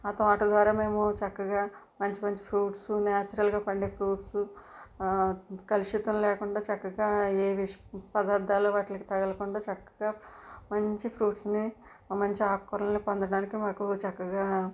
ఆ తోట ద్వారా మేము చక్కగా మంచి మంచి ఫ్రూట్సు న్యాచురల్గా పండే ఫ్రూట్సు ఆ కలుషితం లేకుండా చక్కగా యే వేస్ట్ పదార్ధాలు వాటి తగులకుండా చక్కగా మంచి ఫ్రూట్స్ని మంచి ఆకుకూరలని పొందటానికి మాకు చక్కగా